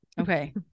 Okay